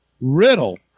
Riddle